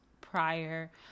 prior